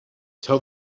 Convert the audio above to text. tell